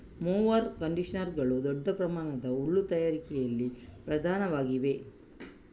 mower ಕಂಡಿಷನರುಗಳು ದೊಡ್ಡ ಪ್ರಮಾಣದ ಹುಲ್ಲು ತಯಾರಿಕೆಯಲ್ಲಿ ಪ್ರಧಾನವಾಗಿವೆ